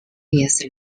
years